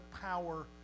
power